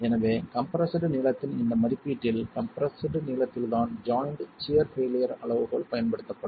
எனவே கம்ப்ரெஸ்டு நீளத்தின் இந்த மதிப்பீட்டில் கம்ப்ரெஸ்டு நீளத்தில்தான் ஜாய்ண்ட் சியர் பெய்லியர் அளவுகோல் பயன்படுத்தப்படும்